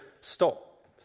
stop